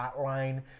Hotline